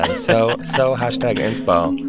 and so so hashtag inspo